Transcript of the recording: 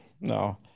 No